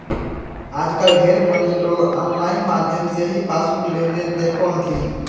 आजकल ढेर मनी लोग आनलाइन माध्यम से ही पासबुक लेनदेन देखो हथिन